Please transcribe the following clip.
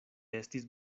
estis